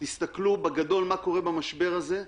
תסתכלו בגדול מה קורה במשבר הזה,